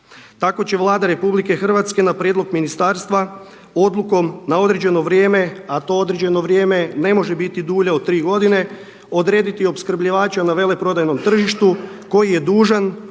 Tako će Vlada Republike Hrvatske na prijedlog ministarstva odlukom na određeno vrijeme a to određeno vrijeme ne može biti dulje od tri godine odrediti i opskrbljivača na veleprodajnom tržištu koji je dužan po reguliranim